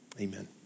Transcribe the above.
Amen